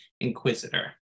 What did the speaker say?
inquisitor